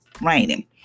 raining